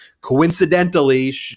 coincidentally